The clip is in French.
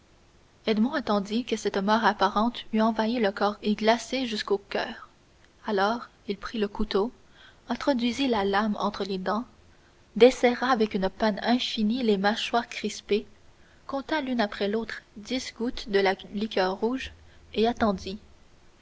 edmond attendit que cette mort apparente eût envahi le corps et glacé jusqu'au coeur alors il prit le couteau introduisit la lame entre les dents desserra avec une peine infinie les mâchoires crispées compta l'une après l'autre dix gouttes de la liqueur rouge et attendit